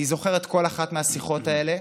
אני זוכר את כל אחת מהשיחות האלה,